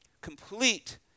Complete